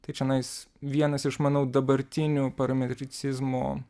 tai čionais vienas iš mano dabartinių parametricizmo